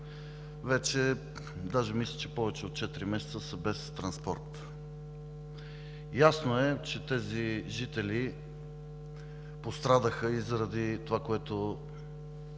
села там мисля, че повече от четири месеца са без транспорт. Ясно е, че тези жители пострадаха и заради това, което